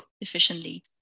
efficiently